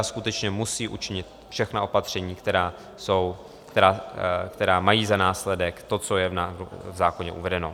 Skutečně musí učinit všechna opatření, která jsou, která mají za následek to, co je v zákoně uvedeno.